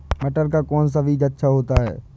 मटर का कौन सा बीज अच्छा होता हैं?